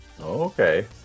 Okay